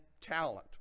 talent